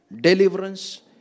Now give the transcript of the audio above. Deliverance